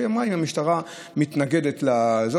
היא אמרה: אם המשטרה מתנגדת לזה,